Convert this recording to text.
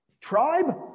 Tribe